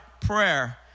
prayer